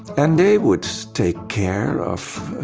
and they would take care of